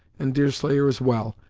and deerslayer is well,